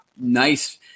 nice